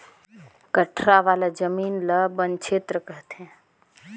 कठरा वाला जमीन ल बन छेत्र कहथें